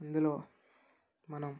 ఇందులో మనం